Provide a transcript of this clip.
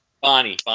Bonnie